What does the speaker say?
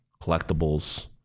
collectibles